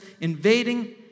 invading